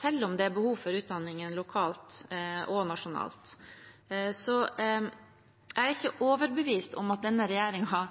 selv om det er behov for utdanningen lokalt – og nasjonalt. Jeg er ikke overbevist om at denne